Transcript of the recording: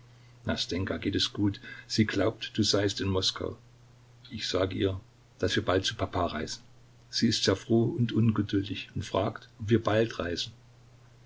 geht es gut sie glaubt du seist in moskau ich sage ihr daß wir bald zu papa reisen sie ist sehr froh und ungeduldig und fragt ob wir bald reisen